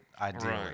ideally